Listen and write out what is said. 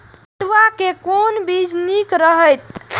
पटुआ के कोन बीज निक रहैत?